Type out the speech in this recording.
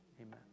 amen